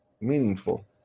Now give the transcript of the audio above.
meaningful